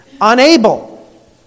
unable